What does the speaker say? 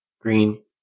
green